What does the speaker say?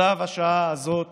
צו השעה הזאת